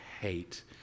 hate